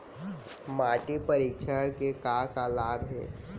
माटी परीक्षण के का का लाभ हे?